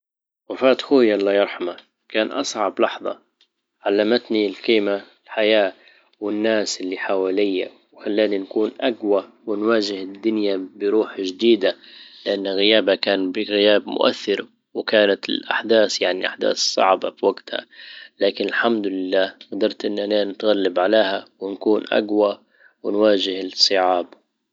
وفاة اخوي الله يرحمه كان اصعب لحظة علمتني القيمة الحياة والناس اللي حواليا وخلاني نكون اجوى ونواجه الدنيا بروح جديدة لان غيابه كان بغياب مؤثر وكانت الاحداث يعني احداث صعبة في وجتها لكن الحمد لله جدرت ان انا نتغلب عليها ونكون اجوى ونواجه الصعاب